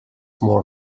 more